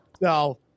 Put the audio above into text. No